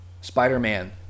Spider-Man